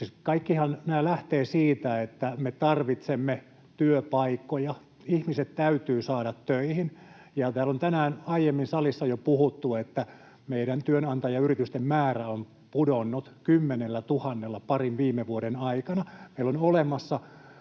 Kaikkihan nämä lähtevät siitä, että me tarvitsemme työpaikkoja. Ihmiset täytyy saada töihin. Täällä on jo tänään aiemmin salissa puhuttu, että meidän työnantajayritysten määrä on pudonnut 10 000:lla parin viime vuoden aikana. Meillä on olemassa